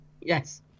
Yes